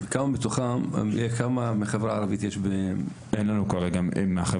מהחברה הערבית אין לנו כרגע.